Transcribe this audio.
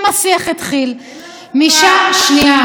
אין לנו חוקה.